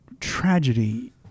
tragedy